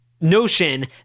notion